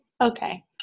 Okay